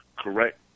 Correct